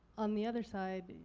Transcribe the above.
on the other side,